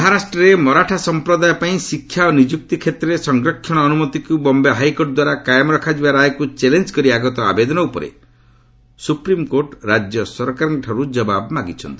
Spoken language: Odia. ମରାଠା ମରାଠା ସମ୍ପ୍ରଦାୟ ପାଇଁ ଶିକ୍ଷା ଓ ନିଯୁକ୍ତି କ୍ଷେତ୍ରରେ ସଂରକ୍ଷଣ ଅନୁମତିକୁ ବମ୍ଧେ ହାଇକୋର୍ଟ୍ ଦ୍ୱାରା କାୟମ୍ ରଖାଯିବା ରାୟକୁ ଚ୍ୟାଲେଞ୍ଜ କରି ଆଗତ ଆବେଦନ ଉପରେ ସୁପ୍ରିମ୍କୋର୍ଟ ମହାରାଷ୍ଟ୍ର ସରକାରଙ୍କଠାରୁ ଜବାବ ମାଗିଛନ୍ତି